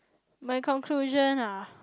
my conclusion ah